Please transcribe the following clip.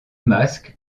masque